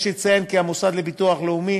יש לציין כי המוסד לביטוח לאומי